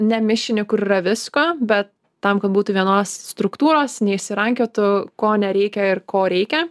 ne mišinį kur yra visko be tam kad būtų vienos struktūros neišsirankiotų ko nereikia ir ko reikia